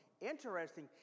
interesting